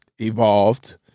evolved